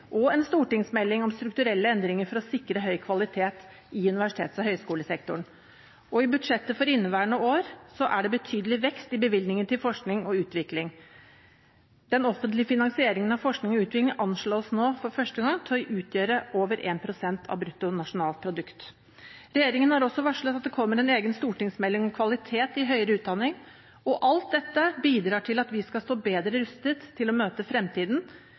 og en stortingsmelding om strukturelle endringer for å sikre høy kvalitet i universitets- og høyskolesektoren. I budsjettet for inneværende år er det en betydelig vekst i bevilgningene til forskning og utvikling. Den offentlige finansieringen av forskning og utvikling anslås nå for første gang til å utgjøre over 1 pst. av brutto nasjonalprodukt. Regjeringen har også varslet at det kommer en egen stortingsmelding om kvalitet i høyere utdanning. Alt dette bidrar til at vi skal stå bedre rustet til å møte fremtiden,